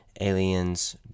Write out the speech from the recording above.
aliens